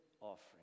offering